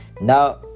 now